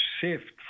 shift